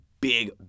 big